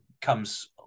comes